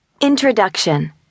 Introduction